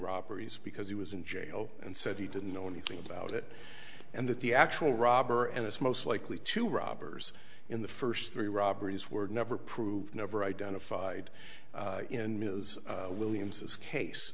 robberies because he was in jail and said he didn't know anything about it and that the actual robber and it's most likely to robbers in the first three robberies were never proved never identified in ms williams this case